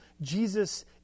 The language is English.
Jesus